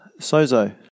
sozo